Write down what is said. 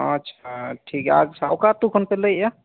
ᱟᱪᱪᱷᱟ ᱴᱷᱤᱠ ᱜᱮᱭᱟ ᱟᱪᱪᱷᱟ ᱚᱠᱟ ᱟᱹᱛᱩ ᱠᱷᱚᱱ ᱯᱮ ᱞᱟᱹᱭᱮᱫᱼᱟ